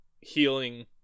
healing